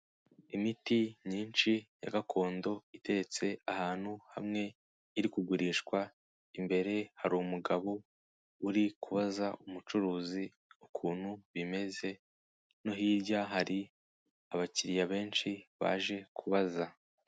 Imiti myinshi ya gakondo iteretse ahantu hamwe iri kugurishwa, imbere hari umugabo uri kubaza umucuruzi ukuntu bimeze no hirya hari abakiriya benshi baje kubaza.